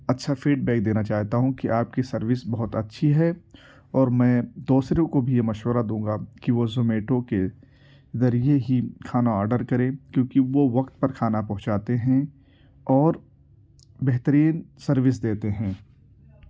اچھا feedback دینا چاہتا ہوں کہ آپ کی سروس بہت اچھی ہے اور میں دوسروں کو بھی یہ مشورہ دوں گا کہ وہ زومیٹو کے ذریعے ہی کھانا آرڈر کرے کیونکہ وہ وقت پر کھانا پہنچاتے ہیں اور بہترین سروس دیتے ہیں